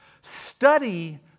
Study